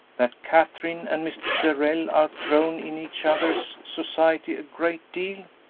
that katherine and mr. darrell are thrown in each other's society a great deal?